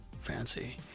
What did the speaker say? Fancy